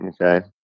Okay